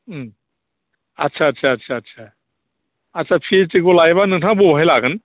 आच्चा आच्चा आच्चा आच्चा पि ओइत्स दि खौ लायोब्ला नोंथाङा बबेयाव लागोन